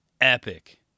epic